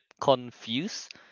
confused